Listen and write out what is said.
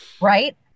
Right